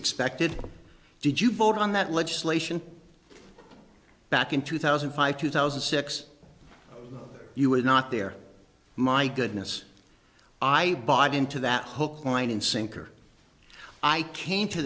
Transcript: expected did you vote on that legislation back in two thousand and five two thousand six you were not there my goodness i bought into that hook line and sinker i came to